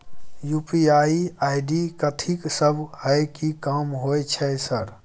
UPI ID कथि सब हय कि काम होय छय सर?